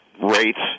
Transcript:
rates